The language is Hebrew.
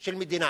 של מדינה.